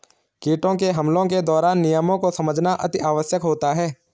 कीटों के हमलों के दौरान नियमों को समझना अति आवश्यक होता है